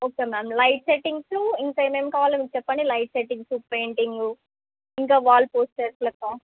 okay ma'am light settings ఇంకా ఏమేం కావాలో మీరు చెప్పండి లైట్ సెట్టింగ్సు పెయింటింగు ఇంకా వాల్ పోస్టర్స్ లెక్క